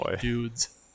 dudes